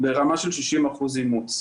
ברמה של 60% אימוץ.